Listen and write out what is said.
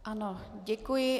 Ano, děkuji.